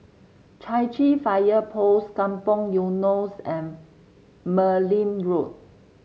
Chai Chee Fire Post Kampong Eunos and Merryn Road